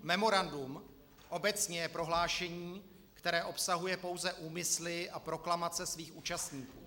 Memorandum obecně je prohlášení, které obsahuje pouze úmysly a proklamace svých účastníků.